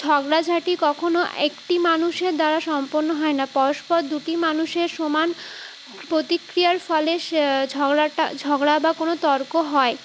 ঝগড়াঝাঁটি কখনও একটি মানুষের দ্বারা সম্পন্ন হয় না পরস্পর দুটি মানুষের সমান প্রতিক্রিয়ার ফলে সে ঝগড়াটা ঝগড়া বা কোনো তর্ক হয়